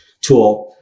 tool